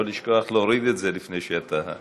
לא לשכוח להוריד את זה לפני שאתה,